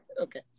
Okay